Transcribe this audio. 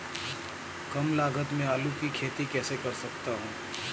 कम लागत में आलू की खेती कैसे कर सकता हूँ?